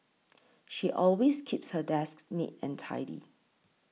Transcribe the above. she always keeps her desk neat and tidy